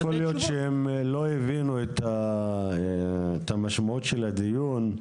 יכול להיות שהם לא הבינו את המשמעות של הדיון.